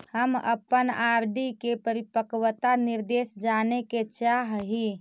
हम अपन आर.डी के परिपक्वता निर्देश जाने के चाह ही